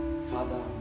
father